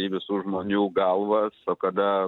į visų žmonių galvas o kada